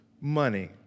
money